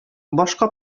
башка